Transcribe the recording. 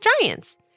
giants